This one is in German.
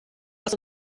was